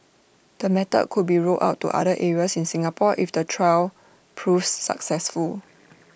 the method could be rolled out to other areas in Singapore if the trial proves successful